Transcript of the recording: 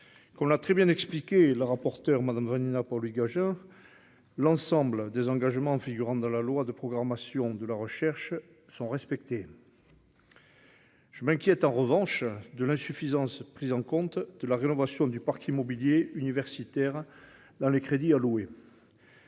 Comme l'a très bien expliqué Vanina Paoli-Gagin, rapporteur spécial de la commission des finances, l'ensemble des engagements inscrits dans la loi de programmation de la recherche sont respectés. Je m'inquiète en revanche de l'insuffisante prise en compte de la rénovation du parc immobilier universitaire dans les crédits alloués.